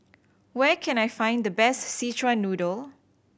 where can I find the best Szechuan Noodle